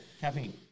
Caffeine